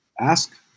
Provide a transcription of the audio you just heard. ask